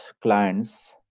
clients